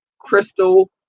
crystal